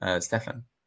Stefan